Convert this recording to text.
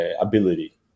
ability